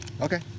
Okay